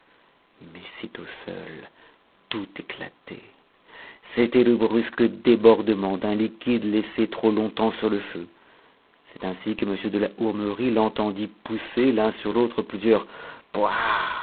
mais sitôt seul tout éclatait c'était le brusque débordement d'un liquide laissé trop longtemps sur le feu c'est ainsi que m de la hourmerie l'entendit pousser l'un sur l'autre plusieurs pouah